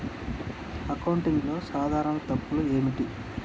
అకౌంటింగ్లో సాధారణ తప్పులు ఏమిటి?